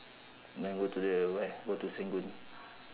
then go to the where go to serangoon